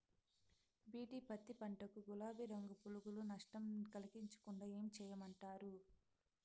BT పత్తి పంట కు, గులాబీ రంగు పులుగులు నష్టం కలిగించకుండా ఏం చేయమంటారు?